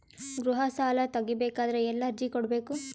ಗೃಹ ಸಾಲಾ ತಗಿ ಬೇಕಾದರ ಎಲ್ಲಿ ಅರ್ಜಿ ಕೊಡಬೇಕು?